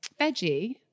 veggie